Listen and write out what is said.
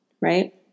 right